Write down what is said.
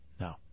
No